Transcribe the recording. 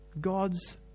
God's